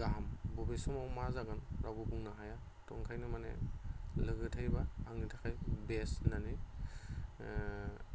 गाहाम बबे समाव मा जागोन रावबो बुंनो हाया थ' ओंखायनो माने लोगो थायोबा आंनि थाखाय बेस्ट होननानै